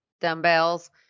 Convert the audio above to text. dumbbells